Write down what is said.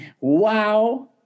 wow